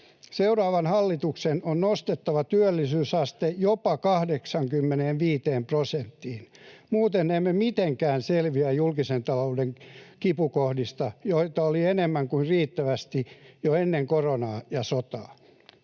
Seuraavan hallituksen on nostettava työllisyysaste jopa 85 prosenttiin. Muuten emme mitenkään selviä julkisen talouden kipukohdista, joita oli enemmän kuin riittävästi jo ennen koronaa ja sotaa.